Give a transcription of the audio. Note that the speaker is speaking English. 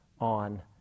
on